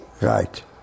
Right